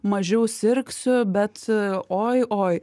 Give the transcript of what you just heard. mažiau sirgsiu bet oi oi